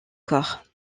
corps